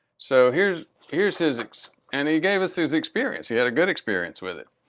so here's here's his and he gave us his experience. he had a good experience with it.